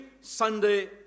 Sunday